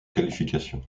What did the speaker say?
qualifications